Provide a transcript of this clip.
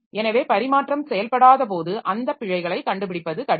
எனவே பரிமாற்றம் செயல்படாதபோது அந்த பிழைகளை கண்டுபிடிப்பது கடினம்